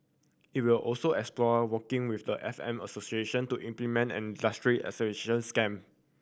it will also explore working with the F M association to implement an industry accreditation scheme